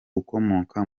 ukomoka